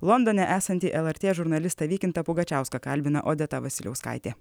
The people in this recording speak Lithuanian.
londone esantį lrt žurnalistą vykintą pugačiauską kalbina odeta vasiliauskaitė